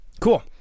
Cool